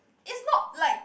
it's not like